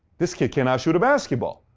this kid cannot shoot a basketball.